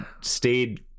stayed